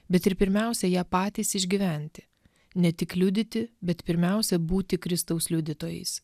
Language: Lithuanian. bet ir pirmiausia jie patys išgyventi ne tik liudyti bet pirmiausia būti kristaus liudytojais